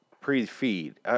pre-feed